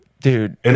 dude